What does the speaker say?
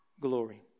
glory